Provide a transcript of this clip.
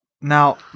Now